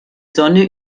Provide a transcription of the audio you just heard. sonne